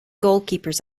goalkeepers